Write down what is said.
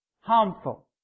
harmful